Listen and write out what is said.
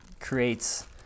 creates